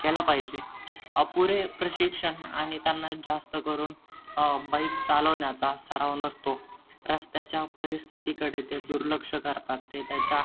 केला पाहिजे अपुरे प्रशिक्षण आणि त्यांना जास्तकरून बाइक चालवण्याचा सराव नसतो रस्त्याच्या परिस्थितीकडे ते दुर्लक्ष करतात ते त्याच्या